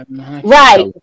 Right